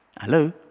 Hello